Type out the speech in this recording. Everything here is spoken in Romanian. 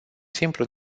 simplu